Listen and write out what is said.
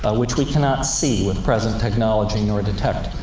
ah which we cannot see with present technology, nor detect.